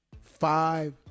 five